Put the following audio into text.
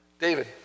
David